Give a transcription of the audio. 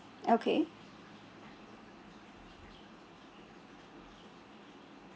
okay